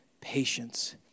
patience